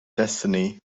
destiny